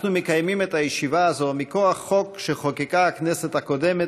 אנחנו מקיימים את הישיבה הזאת מכוח חוק שחוקקה הכנסת הקודמת,